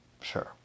Sure